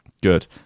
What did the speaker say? good